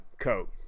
coat